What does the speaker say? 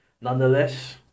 nonetheless